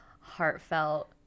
heartfelt